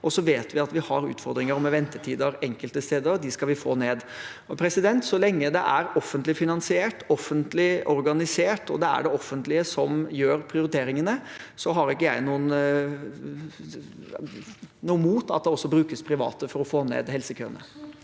Vi vet at vi har utfordringer med ventetider enkelte steder. Dem skal vi få ned. Så lenge det er offentlig finan siert, offentlig organisert og det er det offentlige som gjør prioriteringene, har ikke jeg noe mot at det også brukes private for å få ned helsekøene.